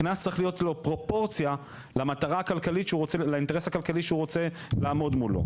לקנס צריכה להיות פרופורציה לאינטרס הכלכלי שהוא רוצה לעמוד מולו.